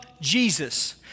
Jesus